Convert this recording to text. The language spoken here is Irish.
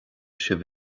sibh